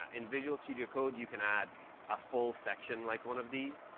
in visual studio code you can add a full section like one of these.